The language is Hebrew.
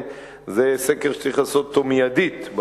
זה סקר שצריך לעשות אותו מיידית,